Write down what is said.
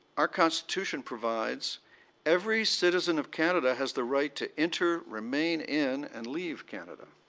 our constitution provides every citizen of canada has the right to enter, remain in and leave canada.